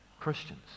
Christians